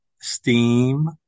Steam